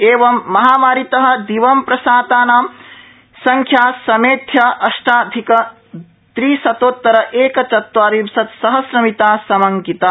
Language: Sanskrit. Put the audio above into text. एवं महामारीत दिवं प्रसातानां संख्या समेध्य अष्टाधिक त्रिशतोतर एक चत्वारिंशत्सहस्रमिता समंकिता